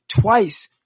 twice